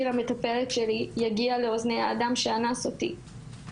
למטפלת שלי יגיע לאוזני האדם שאנס אותי?